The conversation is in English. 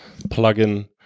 plugin